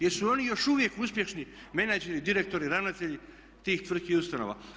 Jesu li oni još uvijek uspješni menadžeri, direktori, ravnatelji tih tvrtki, ustanova?